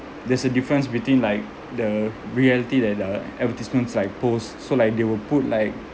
there's a difference between like the reality that the advertisements like post so like they will put like